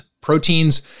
proteins